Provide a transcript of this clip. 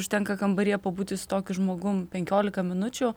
užtenka kambaryje pabūti su tokiu žmogum penkiolika minučių